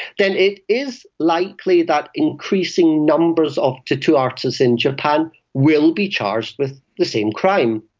then it is likely that increasing numbers of tattoo artists in japan will be charged with the same crime.